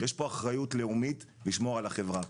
יש פה אחריות לאומית לשמור על החברה.